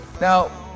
Now